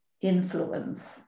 influence